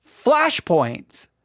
flashpoints